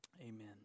Amen